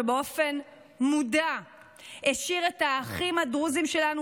שבאופן מודע השאיר את האחים הדרוזים שלנו